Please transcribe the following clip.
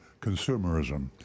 consumerism